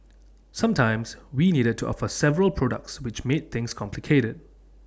sometimes we needed to offer several products which made things complicated